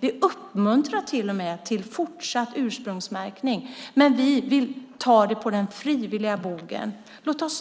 Vi uppmuntrar till och med till fortsatt ursprungsmärkning. Men vi vill ta det på frivillig bog.